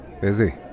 Busy